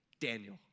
Daniel